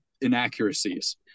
inaccuracies